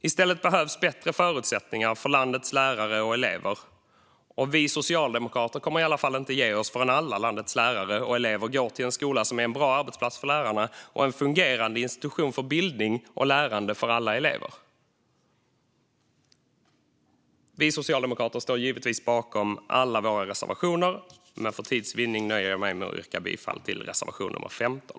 I stället behövs bättre förutsättningar för landets lärare och elever. Vi socialdemokrater kommer i alla fall inte att ge oss förrän alla landets lärare och elever går till en skola som är en bra arbetsplats för lärarna och en fungerande institution för bildning och lärande för alla elever. Vi socialdemokrater står givetvis bakom alla våra reservationer, men för tids vinning nöjer jag mig med att yrka bifall till reservation nummer 15.